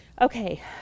Okay